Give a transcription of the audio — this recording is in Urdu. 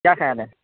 کیا خیال ہے